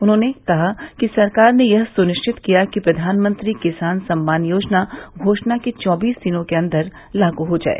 उन्होंने कहा कि सरकार ने यह सुनिश्चित किया कि प्रधानमंत्री किसान सम्मान योजना घोषणा के चौबीस दिनों के अंदर लागू हो जाए